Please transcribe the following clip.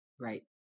Right